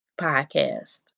podcast